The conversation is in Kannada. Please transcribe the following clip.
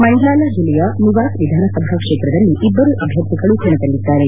ಮಂಡ್ಲಾಲ ಜಿಲ್ಲೆಯ ನಿವಾಸ್ ವಿಧಾನಸಭಾ ಕ್ಷೇತ್ರದಲ್ಲಿ ಇಬ್ಲರು ಅಭ್ಯರ್ಥಿಗಳು ಕಣದಲ್ಲಿದ್ಲಾರೆ